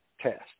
test